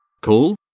cool